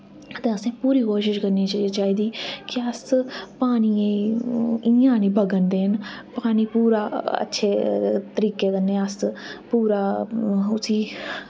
ते असैं पूरी कोशिश करनी चाहिदी कि अस पानिये इ'यां निं बगन देन पानी पूरा अच्छे तरीके कन्नै अस पूरा उस्सी